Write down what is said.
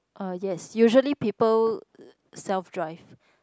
uh yes usually people self drive